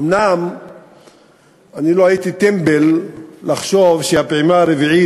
אומנם אני לא הייתי טמבל לחשוב שהפעימה הרביעית,